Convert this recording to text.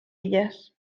ellas